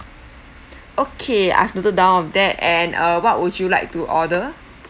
okay I've noted down of that and uh what would you like to order